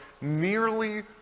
nearly